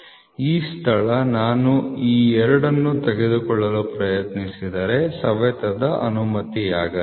ಈ ಸ್ಥಳ ನಾನು ಈ ಎರಡನ್ನು ತೆಗೆದುಕೊಳ್ಳಲು ಪ್ರಯತ್ನಿಸಿದರೆ ಸವೆತದ ಅನುಮತಿಯಾಗಲಿದೆ